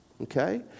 okay